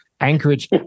anchorage